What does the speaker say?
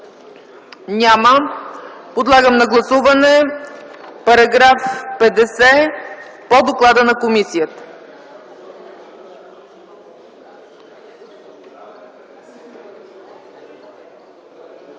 Няма. Подлагам на гласуване § 50 по доклада на комисията.